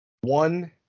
one